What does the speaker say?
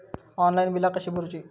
Online बिला कशी भरूची?